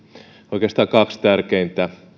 oikeastaan kaksi tärkeintä